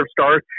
stars